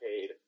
paid